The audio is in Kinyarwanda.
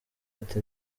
ati